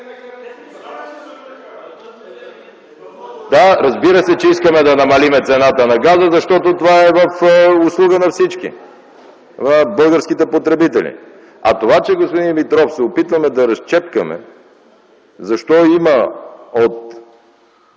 Да, разбира се, че искаме да намалим цената на газа, защото това е в услуга на всички, на българските потребители. А това, господин Димитров, че се опитваме да разчепкаме защо от